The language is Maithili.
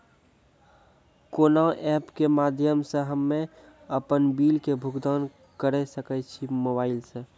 कोना ऐप्स के माध्यम से हम्मे अपन बिल के भुगतान करऽ सके छी मोबाइल से?